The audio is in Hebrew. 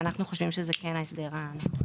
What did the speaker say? ואנחנו חושבים שזה כן ההסדר הנכון.